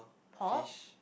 pork